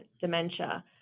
dementia